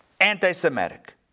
anti-Semitic